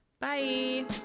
Bye